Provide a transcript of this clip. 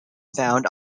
found